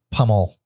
Pummel